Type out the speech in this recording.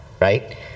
right